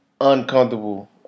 uncomfortable